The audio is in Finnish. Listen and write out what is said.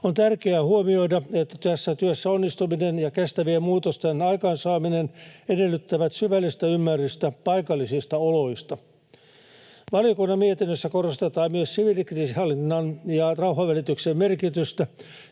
On tärkeää huomioida, että tässä työssä onnistuminen ja kestävien muutosten aikaansaaminen edellyttävät syvällistä ymmärrystä paikallisista oloista. Valiokunnan mietinnössä korostetaan myös siviilikriisinhallinnan ja rauhanvälityksen merkitystä